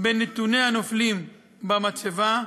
בין נתוני הנופלים במצבה,